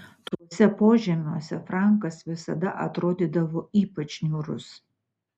tuose požemiuose frankas visada atrodydavo ypač niūrus